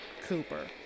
Cooper